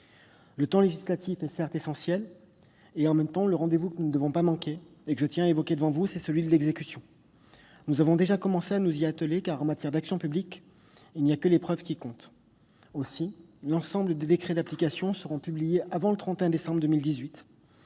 Le temps législatif est, certes, essentiel ; en même temps, le rendez-vous que nous ne devons pas manquer est celui de l'exécution. Nous avons déjà commencé à nous y atteler, car, en matière d'action publique, il n'y a que les preuves qui comptent. L'ensemble des décrets d'application seront publiés avant le 31 décembre 2018.